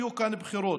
יהיו כאן בחירות,